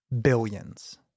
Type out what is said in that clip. billions